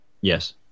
Yes